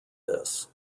this